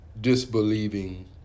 disbelieving